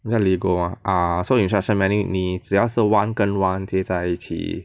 你知道 Lego mah ah so instruction menu 你只要是 [one] 跟 [one] 叠在一起